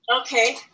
Okay